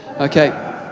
Okay